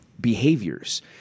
behaviors